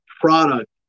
product